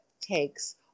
takes